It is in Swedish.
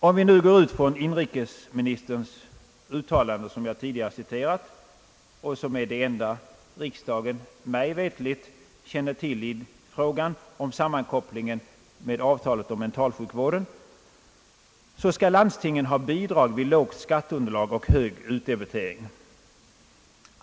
Om vi går ut från inrikesministerns uttalande, som jag tidigare citerat och som är det enda riksdagen mig veterligt känner till i frågan, om sammankopplingen med avtalet beträffande mentalsjukvården, så skall landstingen ha bidrag vid lågt skatteunderlag och hög utdebitering.